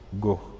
go